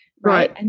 Right